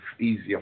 easier